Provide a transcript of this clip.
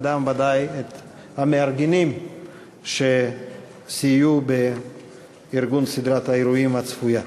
וודאי גם את המארגנים שסייעו בארגון סדרת האירועים הצפויה.